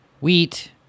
wheat